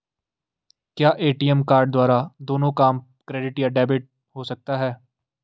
क्या ATM card द्वारा दोनों काम क्रेडिट या डेबिट हो सकता है?